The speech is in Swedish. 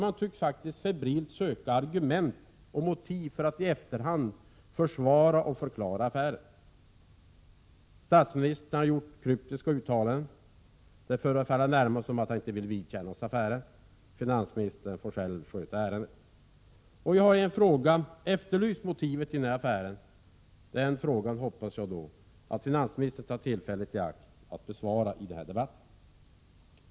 Man tycks febrilt söka argument och motiv för att i efterhand förklara och försvara affären. Statsministerns uttalanden är kryptiska. Det förefaller som om han inte vill vidkännas affären. Finansministern får själv sköta ärendet. Jag har i en fråga efterlyst motivet till affären. Den frågan hoppas jag finansministern tar tillfället i akt att besvara under den här debatten.